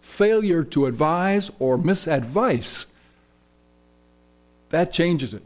failure to advise or mis advice that changes it